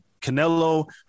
Canelo